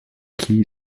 key